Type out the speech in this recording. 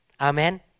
Amen